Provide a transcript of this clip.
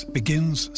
begins